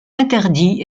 interdit